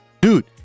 Dude